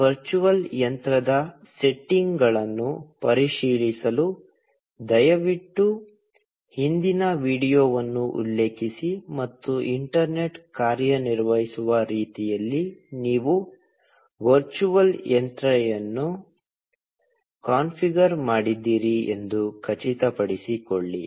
ಈ ವರ್ಚುವಲ್ ಯಂತ್ರದ ಸೆಟ್ಟಿಂಗ್ಗಳನ್ನು ಪರಿಶೀಲಿಸಲು ದಯವಿಟ್ಟು ಹಿಂದಿನ ವೀಡಿಯೊವನ್ನು ಉಲ್ಲೇಖಿಸಿ ಮತ್ತು ಇಂಟರ್ನೆಟ್ ಕಾರ್ಯನಿರ್ವಹಿಸುವ ರೀತಿಯಲ್ಲಿ ನೀವು ವರ್ಚುವಲ್ ಯಂತ್ರವನ್ನು ಕಾನ್ಫಿಗರ್ ಮಾಡಿದ್ದೀರಿ ಎಂದು ಖಚಿತಪಡಿಸಿಕೊಳ್ಳಿ